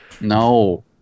No